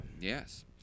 Yes